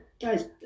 Guys